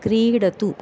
क्रीडतु